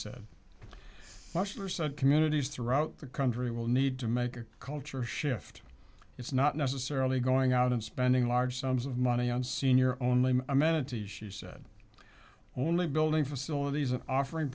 fleischer said communities throughout the country will need to make a culture shift it's not necessarily going out and spending large sums of money on senior only amenities she said only building facilities are offering